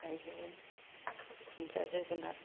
गाइजोबो खुमब्रा जोगोनाद